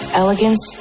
elegance